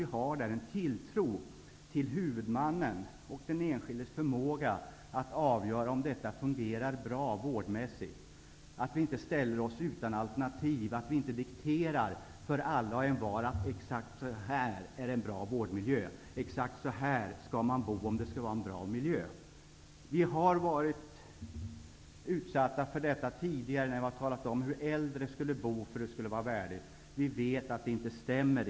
Vi har en tilltro till huvudmannens och den enskildes förmåga att avgöra om detta vårdmässigt fungerar bra. Vi skall inte ställa oss utan alternativ och diktera för alla och envar att exakt så här skall en bra vårdmiljö se ut och exakt så här skall man bo om det skall vara en bra miljö. Vi har varit utsatta för detta tidigare när vi talade om hur äldre skulle bo för att det skulle vara värdigt. Vi vet att det inte riktigt stämmer.